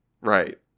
Right